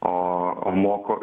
o moko